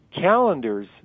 calendars